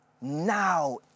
Now